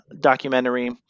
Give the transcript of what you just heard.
documentary